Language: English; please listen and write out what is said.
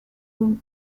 room